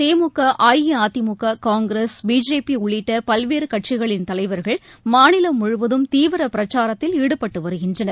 திமுக அஇஅதிமுக காங்கிரஸ் பிஜேபிஉள்ளிட்டபல்வேறுகட்சிகளின் தலைவர்கள் மாநிலம் முழுவதும் தீவிரபிரச்சாரத்தில் ஈடுபட்டுவருகின்றனர்